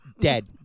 dead